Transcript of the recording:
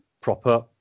proper